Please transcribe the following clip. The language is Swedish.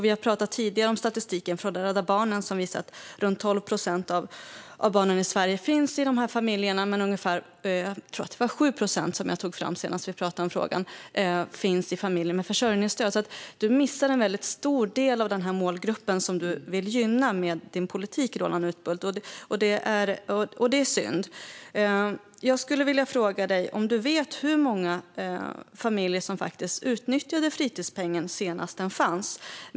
Vi har tidigare talat om statistiken från Rädda Barnen som visar att omkring 12 procent av barnen i Sverige finns i dessa familjer, och jag tror att det är 7 procent av barnen som finns i familjer med försörjningsstöd - det var den siffra som jag tog fram senast som vi talade om detta. Du missar därför en mycket stor del av den målgrupp som du vill gynna med din politik, Roland Utbult. Det är synd. Jag skulle vilja fråga dig om du vet hur många familjer som faktiskt utnyttjade fritidspengen senast som den fanns.